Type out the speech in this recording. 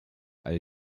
all